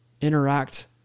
interact